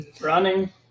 Running